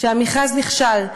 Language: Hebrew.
שהמכרז נכשל,